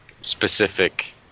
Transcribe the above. specific